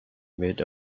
mid